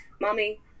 mommy